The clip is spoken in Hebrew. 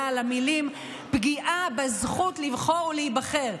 למילים "פגיעה בזכות לבחור ולהיבחר",